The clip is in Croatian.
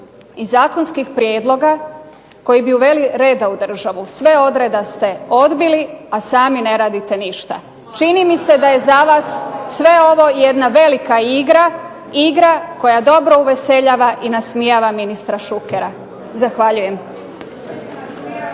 i zakonskih prijedloga koji bi uveli reda u državu. Sve od reda ste odbili a sami ne radite ništa. Čini mi se da je za vas sve ovo jedna velika igra koja dobro uveseljava i nasmijava ministra Šukera. Zahvaljujem.